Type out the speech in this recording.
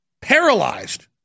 paralyzed